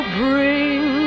bring